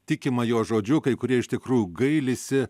tikima jo žodžiu kai kurie iš tikrųjų gailisi